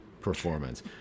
performance